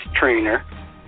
trainer